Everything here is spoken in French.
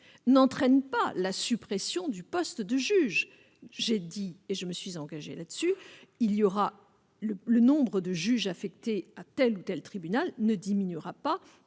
n'entraîne pas la suppression du poste de juge, j'ai dit et je me suis engagé là dessus, il y aura le nombre de juges affectés à telle ou telle tribunal ne diminuera pas,